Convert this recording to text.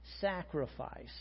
sacrifice